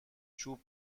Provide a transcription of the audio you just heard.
چوب